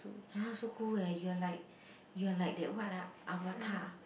!huh! so cool eh you are like you are like that what uh avatar